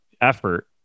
effort